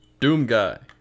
Doomguy